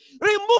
remove